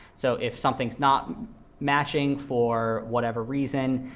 so if something is not matching for whatever reason,